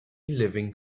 living